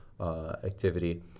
activity